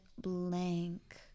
blank